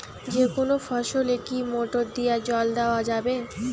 যেকোনো ফসলে কি মোটর দিয়া জল দেওয়া যাবে?